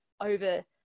over